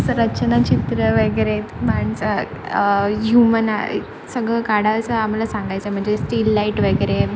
सर् रचनाचित्र वगेरे माणसं ह्युमन आय् सगळं काढायचं आम्हाला सांगायचे म्हणजे स्टिल लाईट वगैरे